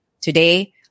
Today